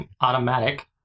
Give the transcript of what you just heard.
automatic